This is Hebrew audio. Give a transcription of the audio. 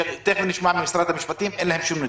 שאין למשרד המשפטים שום נתונים.